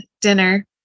dinner